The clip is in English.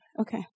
Okay